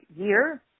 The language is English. year